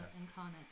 incarnate